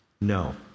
No